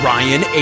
Ryan